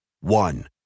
One